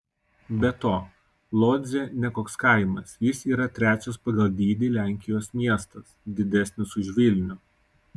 be to lodzė ne koks kaimas jis yra trečias pagal dydį lenkijos miestas didesnis už vilnių